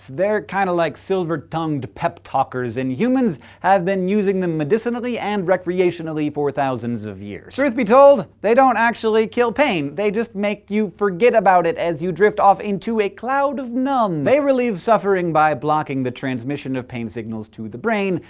they're kind of like silver-tongued pep-talkers, and humans have been using them medicinally and recreationally for thousands of years. truth be told, they don't actually kill pain, they just make you forget about it as you drift off into a cloud of numb. they relieve suffering by blocking the transmission of pain signals to the brain,